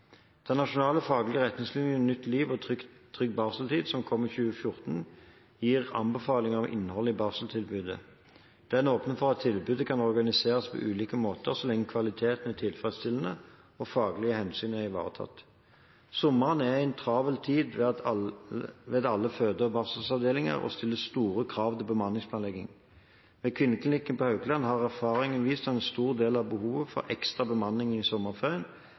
Den nasjonale faglige retningslinjen «Nytt liv og trygg barseltid», som kom i 2014, gir anbefalinger om innholdet i barseltilbudet. Den åpner for at tilbudet kan organiseres på ulike måter så lenge kvaliteten er tilfredsstillende og faglige hensyn er ivaretatt. Sommeren er en travel tid ved alle føde- og barselavdelinger og stiller store krav til bemanningsplanlegging. Ved Kvinneklinikken på Haukeland har erfaring vist at en stor del av behovet for ekstra bemanning i sommerferien